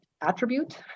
attribute